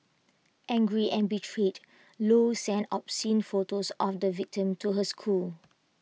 angry and betrayed low sent obscene photos on the victim to his school